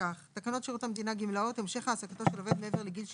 תקנות שירות המדינה (גמלאות) (המשך העסקתו של עובד מעבר לגיל 67)